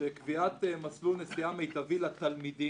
ש"קביעת מסלול נסיעה מיטבי" "לתלמידים",